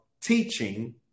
teaching